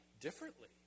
differently